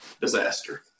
disaster